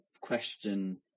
question